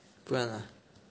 不然 ah